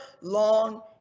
long